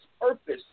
purpose